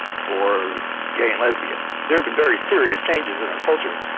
for gay and lesbian. there have been very serious changes in our culture.